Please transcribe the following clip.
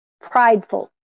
Prideful